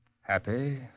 Happy